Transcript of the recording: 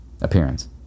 appearance